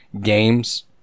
games